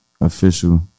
official